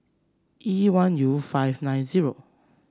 E one U five nine zero